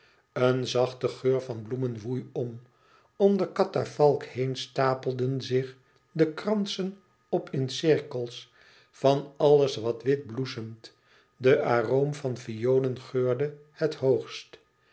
een zachte geur van bloemen woei om om de katafalk heen stapelden zich de kransen op in cirkels van alles wat wit bloesemt de aroom van violen geurde het hoogst